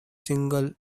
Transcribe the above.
single